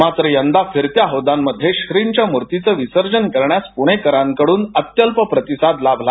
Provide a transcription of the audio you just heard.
मात्र यंदा फिरत्या हौदांमध्ये श्रींच्या मूर्तीचं विसर्जन करण्यास प्रणेकरांकडून अत्यल्प प्रतिसाद लाभला